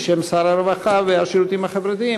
בשם שר הרווחה והשירותים החברתיים,